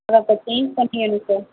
அதான் இப்போ சேஞ்ச் பண்ணி வேணும் சார்